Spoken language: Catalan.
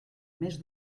més